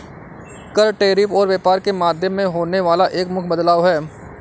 कर, टैरिफ और व्यापार के माध्यम में होने वाला एक मुख्य बदलाव हे